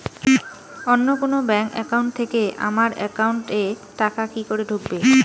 অন্য কোনো bank account থেকে আমার একাউন্ট এ টাকা কি করে ঢুকবে?